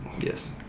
Yes